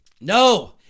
No